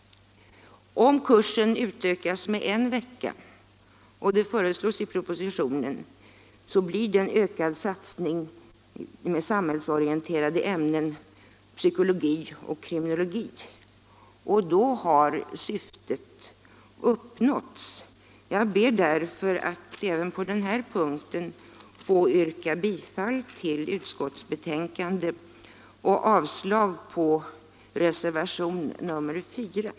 Om kursen utökas med en vecka — som föreslås i propositionen — så blir det en ökad satsning just på samhällsorienterande ämnen, psykologi och kriminologi. Då har syftet uppnåtts. Jag ber därför att även på den här punkten få yrka bifall till utskottets hemställan och avslag på reservationen 4.